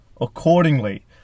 accordingly